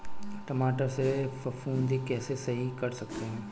टमाटर से फफूंदी कैसे सही कर सकते हैं?